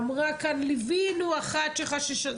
אמרה כאן: ליווינו אחת שחששה,